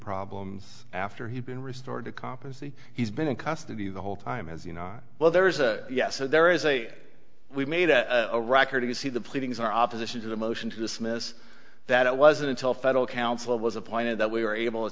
problems after he'd been restored to compensate he's been in custody the whole time as you know well there is a yes so there is a we made a record to see the pleadings our opposition to the motion to dismiss that it wasn't until federal council was appointed that we were able to